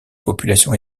population